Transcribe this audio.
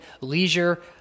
leisure